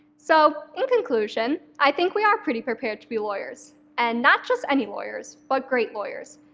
so in conclusion, i think we are pretty prepared to be lawyers, and not just any lawyers but great lawyers,